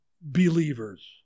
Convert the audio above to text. believers